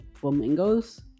Flamingos